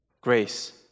Grace